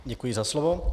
Děkuji za slovo.